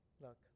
look